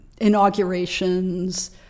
inaugurations